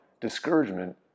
discouragement